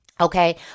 Okay